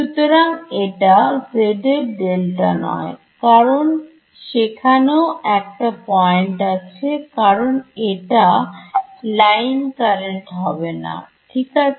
সুতরাং এটা z এর ডেল্টা নয় কারণ সেখানেও একটা পয়েন্ট আছে কারণ এটা লাইন কারেন্ট হবে না ঠিক আছে